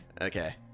Okay